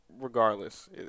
regardless